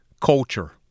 culture